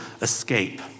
escape